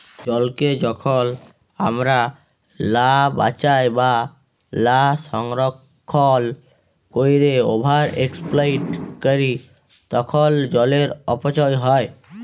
জলকে যখল আমরা লা বাঁচায় বা লা সংরক্ষল ক্যইরে ওভার এক্সপ্লইট ক্যরি তখল জলের অপচয় হ্যয়